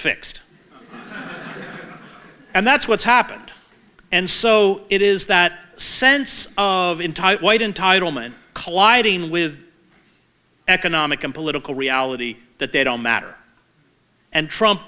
fixed and that's what's happened and so it is that sense of in tight white entitlement colliding with economic and political reality that they don't matter and